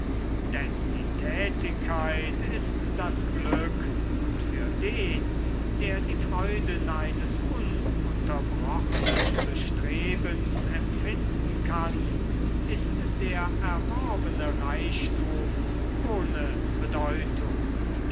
denn die tätigkeit ist das glück und für den der die freuden eines ununterbrochenen bestrebens empfinden kann ist der erworbene reichtum ohne bedeutung